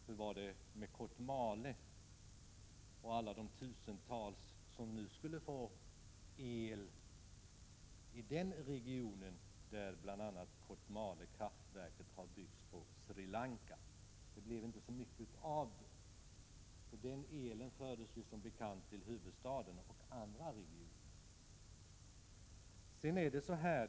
Hur var det med Kotmale och alla de tusentals människor som skulle få eli den region där bl.a. Kotmale kraftverk byggdes på Sri Lanka? Det blev inte så mycket av det hela! Den elen fördes som bekant till huvudstaden och andra regioner.